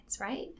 right